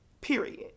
period